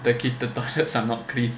the toilets are not clean